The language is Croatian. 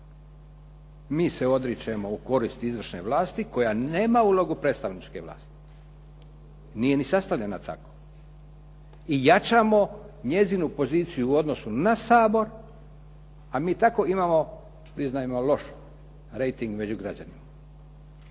Mi se odričemo u korist izvršne vlasti koja nema ulogu predstavničke vlasti, nije ni sastavljena tako. I jačamo njezinu poziciju u odnosu na Sabor, a mi tako imamo priznajmo loš reiting među građanima.